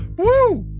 woo!